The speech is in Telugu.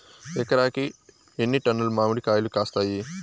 ఎకరాకి ఎన్ని టన్నులు మామిడి కాయలు కాస్తాయి?